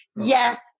Yes